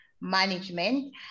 Management